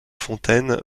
fontaines